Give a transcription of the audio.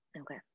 Okay